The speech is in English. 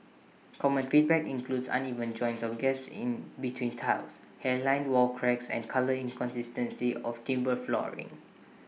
common feedback includes uneven joints or gaps in between tiles hairline wall cracks and colour inconsistency of timber flooring